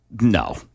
No